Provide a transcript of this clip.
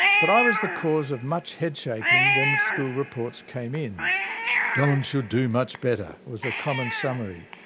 but i was the cause of much head-shaking when school reports came in don should do much better, was a common summary.